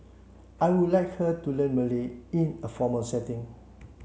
I would like her to learn Malay in a formal setting